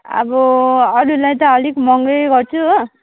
अब अरूलाई त अलिक महँगै गर्छु हो